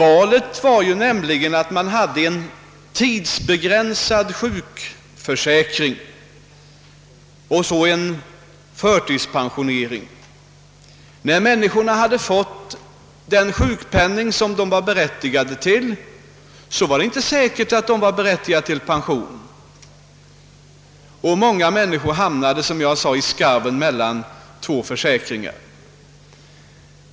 Alternativet var nämligen en tidsbegränsad sjukförsäkring och en förtidspensionering. När människorna hade fått den sjukpenning som de var berättigade till, var det inte säkert, att de var berättigade till pension. Många människor hamnade därför, som jag sade, i skarven mellan två försäkringar.